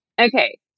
Okay